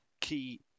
key